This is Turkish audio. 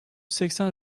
seksen